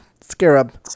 scarab